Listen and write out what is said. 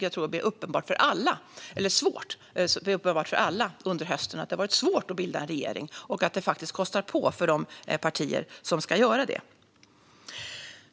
Jag tror att det har varit uppenbart för alla under hösten att det har varit svårt att bilda en regering, och att det faktiskt kostar på för de partier som ska göra det.